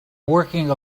working